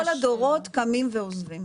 כל הדורות קמים ועוזבים.